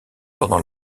pendant